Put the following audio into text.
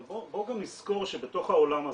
אבל בואו גם נזכור שבתוך העולם הזה,